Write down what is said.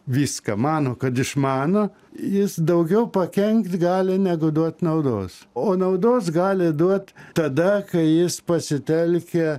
viską mano kad išmano jis daugiau pakenkt gali negu duot naudos o naudos gali duot tada kai jis pasitelkia